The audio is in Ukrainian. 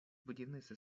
будівництва